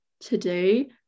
today